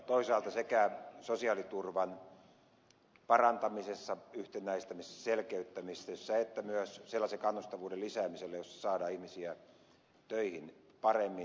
toisaalta sekä sosiaaliturvan parantamisessa yhtenäistämisessä selkeyttämisessä että myös sellaisen kannustavuuden lisäämisessä jolla saadaan ihmisiä töihin paremmin